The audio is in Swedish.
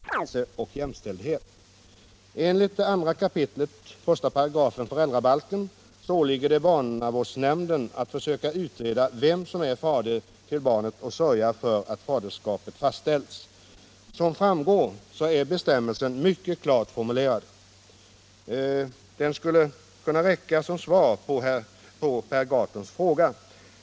Herr talman! Per Gahrton har frågat mig om jag anser det rimligt om de sociala myndigheterna minskar sina ansträngningar att fastställa faderskap med hänvisning till kvinnors frigörelse och jämställdhet. Enligt 2 kap. 1§ föräldrabalken åligger det barnavårdsnämnden att försöka utreda vem som är fader till barnet och sörja för att faderskapet fastställs. Som framgår är bestämmelsen mycket klart formulerad. Den skulle kunna räcka som svar på Per Gahrtons fråga.